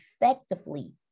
effectively